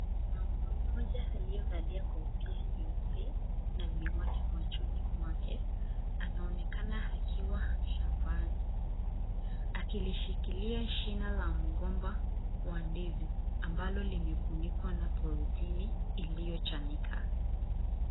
Mwanaume mmoja aliye valia kofi nyeupe na miwani machoni mwake anaonekana akiwa shambani, akishikilia shina la mgomba wa ndizi ambalo limefunikwa na polithini iliyo chanika.